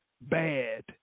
bad